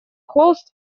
холст